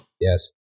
yes